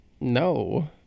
No